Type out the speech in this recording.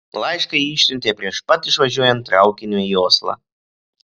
laišką ji išsiuntė prieš pat išvažiuojant traukiniui į oslą